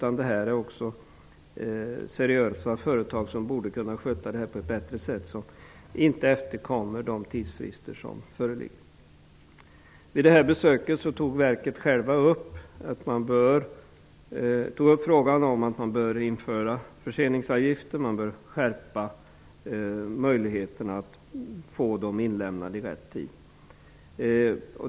Inte ens seriösa företag efterkommer de tidsfrister som föreligger. Dessa företag borde kunna sköta detta på ett bättre sätt. Vid detta besök tog verket själv upp frågan om att man bör införa förseningsavgifter och öka möjligheterna att få årsredovisningarna inlämnade i tid. Det är bra.